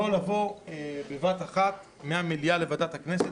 לא לבוא בבת אחת מהמליאה לוועדת הכנסת,